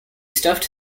stuffed